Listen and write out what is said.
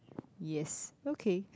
yes okay